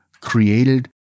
created